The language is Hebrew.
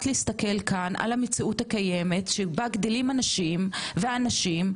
להסתכל כאן על המציאות הקיימת שבה גדלים אנשים ונשים,